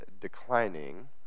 declining